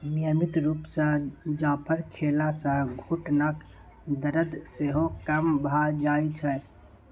नियमित रुप सँ जाफर खेला सँ घुटनाक दरद सेहो कम भ जाइ छै